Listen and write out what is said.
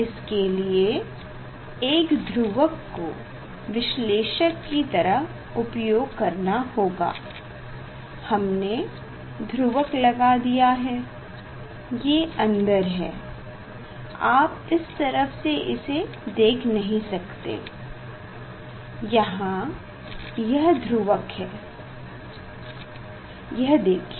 इसके लिए एक ध्रुवक को विश्लेषक की तरह उपयोग करना होगा हमने ध्रुवक लगा दिया है ये अंदर है आप इस तरफ से इसे देख नहीं सकते ॰ यहाँ यह ध्रुवक है यह देखिए